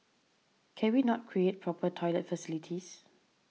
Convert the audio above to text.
can we not create proper toilet facilities